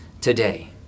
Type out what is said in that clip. today